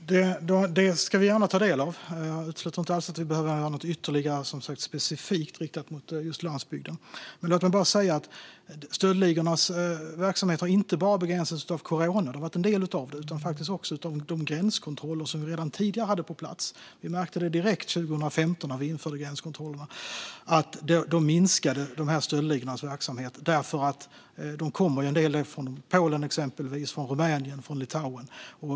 Herr talman! Det ska vi gärna ta del av. Jag utesluter inte alls att vi behöver ha något ytterligare specifikt riktat mot landsbygden. Stöldligornas verksamhet har inte begränsats bara av corona - det har varit en del av det - utan faktiskt också av de gränskontroller som vi redan sedan tidigare hade på plats. Vi märkte direkt 2015, när vi införde gränskontrollerna, att stöldligornas verksamhet minskade. En hel del av dem kommer från Polen, Rumänien och Litauen, exempelvis.